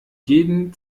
jeden